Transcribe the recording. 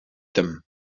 them